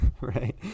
Right